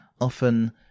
Often